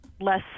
less